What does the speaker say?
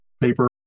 paper